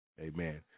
Amen